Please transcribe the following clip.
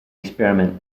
experiment